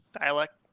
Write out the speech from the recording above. dialect